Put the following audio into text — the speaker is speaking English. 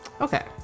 Okay